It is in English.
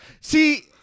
See